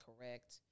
correct